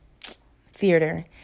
theater